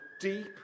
deep